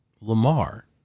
Lamar